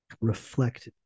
reflect